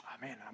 man